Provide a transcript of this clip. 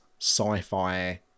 sci-fi